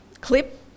clip